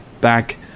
back